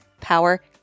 power